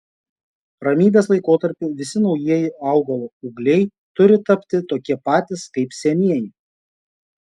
ramybės laikotarpiu visi naujieji augalo ūgliai turi tapti tokie patys kaip senieji